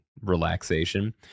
relaxation